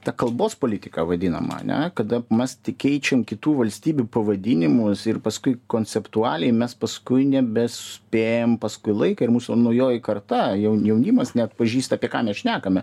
ta kalbos politika vadinama ane kada mes tik keičiam kitų valstybių pavadinimus ir paskui konceptualiai mes paskui nebespėjam paskui laiką ir mūsų naujoji karta jau jaunimas neatpažįsta apie ką mes šnekame